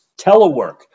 telework